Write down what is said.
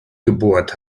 gebohrt